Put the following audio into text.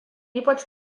ypač